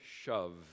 shove